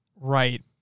Right